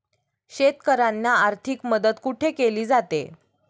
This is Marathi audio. शेतकऱ्यांना आर्थिक मदत कुठे केली जाते?